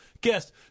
guest